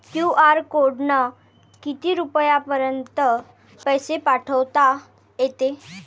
QR कोडनं किती रुपयापर्यंत पैसे पाठोता येते?